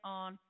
on